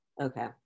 Okay